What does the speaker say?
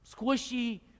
squishy